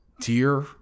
dear